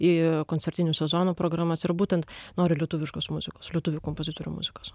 į koncertinių sezonų programas ir būtent nori lietuviškos muzikos lietuvių kompozitorių muzikos